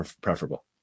preferable